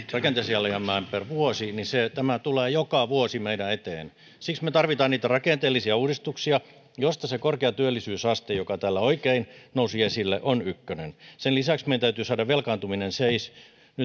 rakenteelliseen alijäämään per vuosi niin tämä tulee joka vuosi meidän eteemme siksi me tarvitsemme niitä rakenteellisia uudistuksia joista korkea työllisyysaste joka täällä oikein nousi esille on ykkönen sen lisäksi meidän täytyy nyt saada velkaantuminen seis